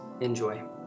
Enjoy